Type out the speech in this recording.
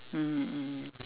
mmhmm mmhmm